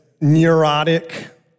neurotic